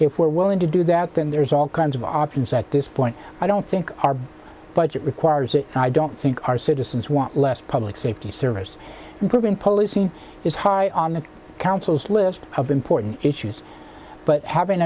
if we're willing to do that then there's all kinds of options at this point i don't think our budget requires it and i don't think our citizens want less public safety service including polisi is high on the council's list of important issues but having